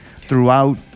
throughout